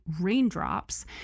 raindrops